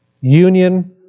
Union